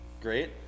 great